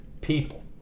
people